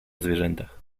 zwierzętach